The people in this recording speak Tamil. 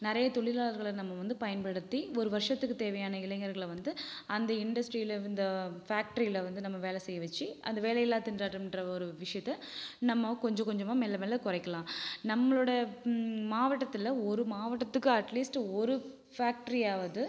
நிறைய தொழிலாளர்களை நம்ம வந்து பயன்படுத்தி ஒரு வருஷத்துக்கு தேவையான இளைஞர்களை வந்து அந்த இன்டஸ்ட்ரீயில இந்த ஃபேக்ட்ரீயில வந்து நம்ம வேலை செய்ய வச்சு அந்த வேலையில்லா திண்டாட்டம்ன்ற ஒரு விஷயத்த நம்ம கொஞ்ச கொஞ்சமாக மெல்ல மெல்ல குறைக்கலாம் நம்மளோட மாவட்டத்தில் ஒரு மாவட்டத்துக்கு அட்லீஸ்ட் ஒரு ஃபேக்ட்ரீயாவது